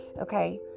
Okay